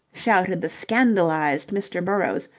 shouted the scandalized mr. burrowes,